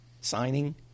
signing